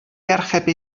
archebu